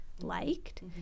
liked